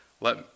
let